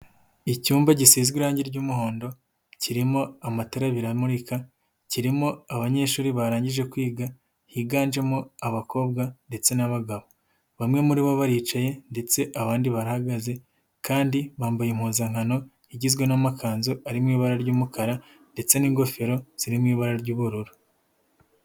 Icyumba gishinzwe irangi ry'umuhondo, kirimo amatara abiri amurika, kirimo abanyeshuri barangije kwiga, higanjemo abakobwa ndetse n'abagabo. Bamwe muri bo baricaye ndetse abandi barahagaze kandi bambaye impuzankano igizwe n'amakanzu arimo ibara ry'umukara ndetse n'ingofero ziri mu ibara ry'ubururu.